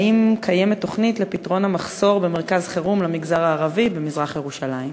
האם קיימת תוכנית לפתרון המחסור במרכז חירום למגזר הערבי במזרח-ירושלים?